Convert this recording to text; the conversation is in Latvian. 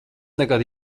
nekad